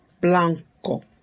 blanco